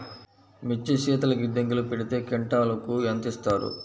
మిర్చి శీతల గిడ్డంగిలో పెడితే క్వింటాలుకు ఎంత ఇస్తారు?